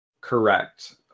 correct